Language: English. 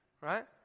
Right